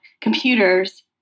computers